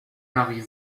marie